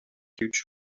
huge